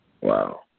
Wow